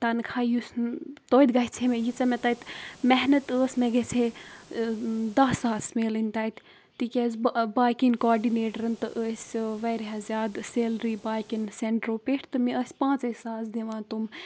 تَنخواہ یُس توتہِ گژھِ ہے مےٚ ییٖژاہ مےٚ تَتہِ محنت ٲس مےٚ گَژھِ ہے دَہ ساس میلٕنۍ تَتہِ تِکیٛازِ باقیَن کاڈِنیٹرَن تہٕ ٲسۍ واریاہ زیادٕ سیلری باقیَن سٮ۪نٹرو پٮ۪ٹھ تہٕ مےٚ ٲسۍ پانٛژَے ساس دِوان تم